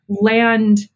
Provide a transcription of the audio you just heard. land